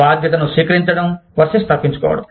బాధ్యతను స్వీకరించడం వర్సస్ తప్పించుకోవడం